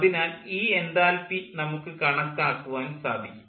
അതിനാൽ ഈ എൻതാൽപ്പി നമുക്ക് കണക്കാക്കാൻ സാധിക്കും